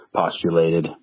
postulated